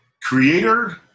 Creator